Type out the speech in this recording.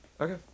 Okay